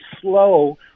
slow